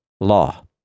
law